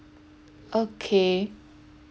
okay